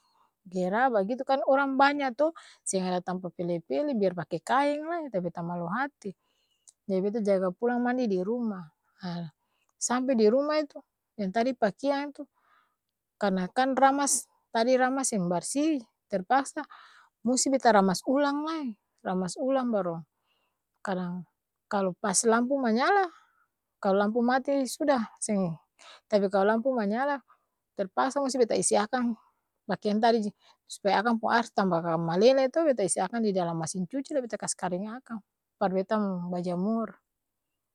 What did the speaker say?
Ge'ra bagitu kan orang banya too seng ada tampa pele-pele biar pake kaeng lai, tap beta malu hati, jadi beta jaga pulang mandi di ruma, haa sampe di ruma itu, yang tadi pakeang itu, karna kan ramas tadi ramas seng barsi, terpaksa musti beta ramas ulang lai, ramas ulang baru, kadang kalo pas lampu manyala, kalo lampu mati sudah seng, tapi kalo lampu manyala, terpaksa musti beta isi akang, pakeang tadi, supaya akang pung aer s' tamba malele too beta isi akang di dalam masin cuci la beta kas karing akang! Par beta m' bajamur.